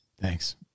thanks